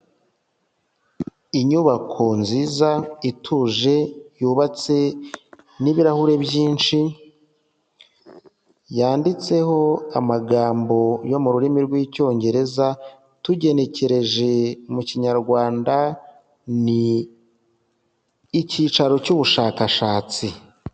Inyubako nziza ituje yubatse n'ibirahure byinshi, yanditseho amagambo yo mu rurimi rw'Icyongereza, tugenekereje mu Kinyarwanda, ni icyicaro cy'ubushakashatsi.